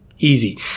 easy